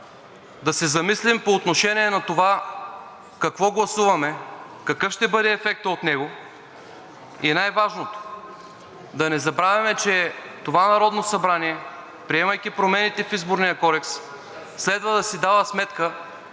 да се замислим по отношение на това какво гласуваме, какъв ще бъде ефектът от него, и най-важното, да не забравяме, че това Народно събрание, приемайки промените в Изборния кодекс, следва да си дава сметка,